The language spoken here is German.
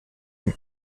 dem